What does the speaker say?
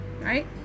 Right